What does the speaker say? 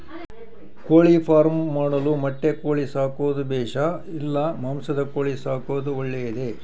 ಕೋಳಿಫಾರ್ಮ್ ಮಾಡಲು ಮೊಟ್ಟೆ ಕೋಳಿ ಸಾಕೋದು ಬೇಷಾ ಇಲ್ಲ ಮಾಂಸದ ಕೋಳಿ ಸಾಕೋದು ಒಳ್ಳೆಯದೇ?